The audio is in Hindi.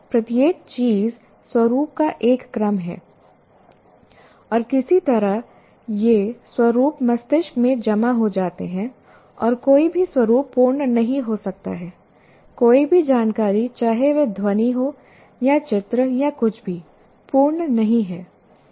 प्रत्येक चीज स्वरूप का एक क्रम है और किसी तरह ये स्वरूप मस्तिष्क में जमा हो जाते हैं और कोई भी स्वरूप पूर्ण नहीं हो सकता है कोई भी जानकारी चाहे वह ध्वनि हो या चित्र या कुछ भी पूर्ण नहीं है